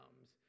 comes